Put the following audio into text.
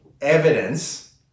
evidence